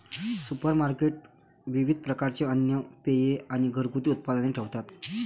supermarket विविध प्रकारचे अन्न, पेये आणि घरगुती उत्पादने ठेवतात